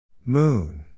Moon